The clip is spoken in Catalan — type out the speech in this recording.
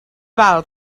val